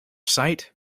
sight